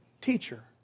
Teacher